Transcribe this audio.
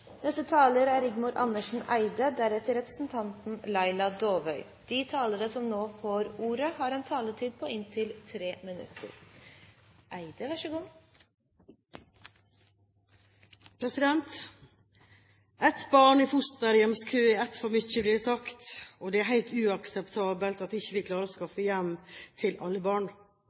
er omme. De talere som heretter får ordet, har en taletid på inntil 3 minutter. Ett barn i fosterhjemskø er ett for mye, blir det sagt. Det er helt uakseptabelt at vi ikke klarer å skaffe et hjem til alle barn.